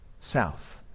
south